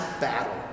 battle